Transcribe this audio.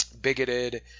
bigoted